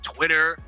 Twitter